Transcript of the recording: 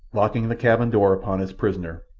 locking the cabin-door upon his prisoner,